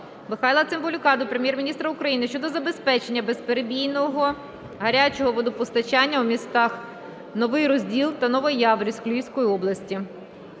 Михайла Цимбалюка до Прем'єр-міністра України щодо забезпечення безперебійного гарячого водопостачання у містах Новий Розділ та Новояворівськ Львівської області.